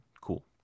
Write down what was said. cool